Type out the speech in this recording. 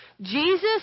Jesus